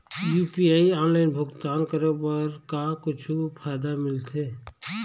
UPI online भुगतान करे बर का कुछू फायदा मिलथे?